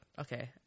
okay